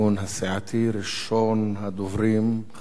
ראשון הדוברים, חבר הכנסת